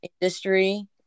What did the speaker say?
industry